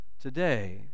today